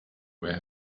where